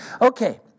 Okay